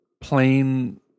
plain